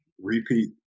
repeat